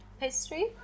Pastry